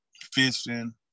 fishing